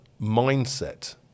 mindset